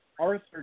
Arthur